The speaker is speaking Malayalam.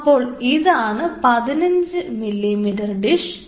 അപ്പോൾ ഇതാണ്15 mm ഡിഷ്